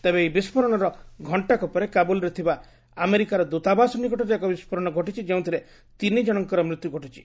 ତେବେ ଏହି ବିଷ୍କୋରଣର ପ୍ରଣ୍ଣାକ ପରେ କାବୁଲ୍ରେ ଥିବା ଆମେରିକାର ଦୃତାବାସ ନିକଟରେ ଏକ ବିସ୍ଫୋରଣ ଘଟିଛି ଯେଉଁଥିରେ ତିନି ଜଣଙ୍କର ମୃତ୍ୟୁ ଘଟିଛି